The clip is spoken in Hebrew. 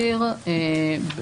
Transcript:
נמצא אצלם.